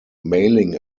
mailing